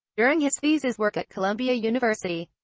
during his thesis work at columbia university,